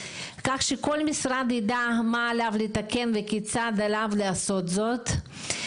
כך שכל משרד ידע מה עליו לתקן וכיצד עליו לעשות זאת,